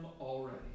already